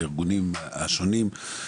הארגונים השונים.